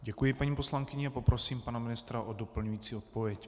Děkuji paní poslankyni a poprosím pana ministra o doplňující odpověď.